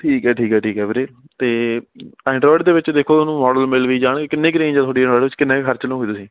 ਠੀਕ ਹੈ ਠੀਕ ਹੈ ਠੀਕ ਹੈ ਵੀਰੇ ਅਤੇ ਐਂਡਰਾਇਡ ਦੇ ਵਿੱਚ ਦੇਖੋ ਤੁਹਾਨੂੰ ਮਾਡਲ ਮਿਲ ਵੀ ਜਾਣਗੇ ਕਿੰਨੀ ਕੁ ਰੇਂਜ ਆ ਤੁਹਾਡੀ ਐਂਡਰਾਇਡ ਵਿੱਚ ਕਿੰਨਾ ਕੁ ਖਰਚ ਲੂੰਗੇ ਤੁਸੀਂ